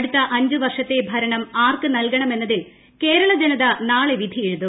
അടുത്ത അഞ്ച് വർഷത്തെ ഭരണം ആർക്ക് നൽകണമെന്നതിൽ കേരള ജനത നാളെ വിധിയെഴുതും